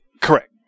Correct